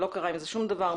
לא קרה עם זה שום דבר,